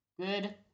Good